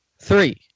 Three